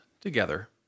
together